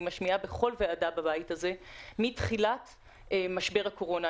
משמיעה בכל ועדה בבית הזה מתחילת משבר הקורונה.